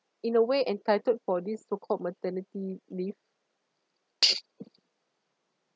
in a way entitled for this so called maternity leave